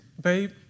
babe